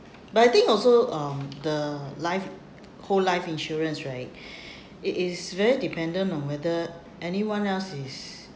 but I think also um the life whole life insurance right it is very dependent on whether anyone else is